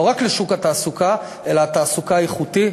לא רק לשוק התעסוקה, אלא לשוק התעסוקה האיכותי.